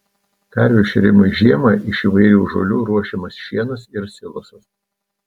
karvių šėrimui žiemą iš įvairių žolių ruošiamas šienas ir silosas